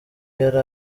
yari